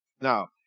Now